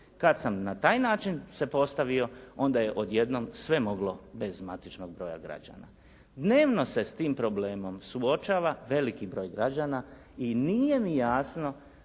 Kad sam na taj način se postavio, onda je odjednom sve moglo bez matičnog broja građana. Dnevno se s tim problemom suočava veliki broj građana i nije mi jasno